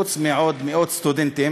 חוץ מעוד מאות סטודנטים.